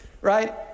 right